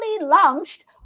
launched